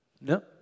No